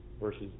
versus